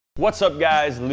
what's up guys, lew